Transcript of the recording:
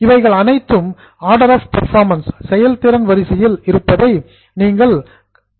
இவைகள் அனைத்தும் order of performance செயல்திறன் வரிசையில் இருப்பதை நீங்கள் காணலாம்